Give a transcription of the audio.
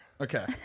Okay